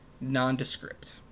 nondescript